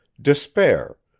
despair,